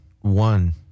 one